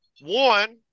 one